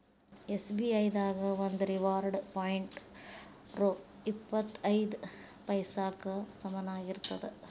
SBI ದಾಗ ಒಂದು reward point ರೊ ಇಪ್ಪತ್ ಐದ ಪೈಸಾಕ್ಕ ಸಮನಾಗಿರ್ತದ